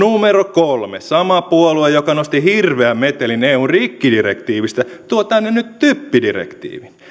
kolme sama puolue joka nosti hirveän metelin eun rikkidirektiivistä tuo tänne nyt typpidirektiivin